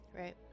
Right